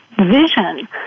vision